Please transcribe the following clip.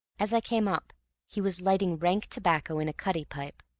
as i came up he was lighting rank tobacco, in a cutty pipe,